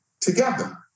together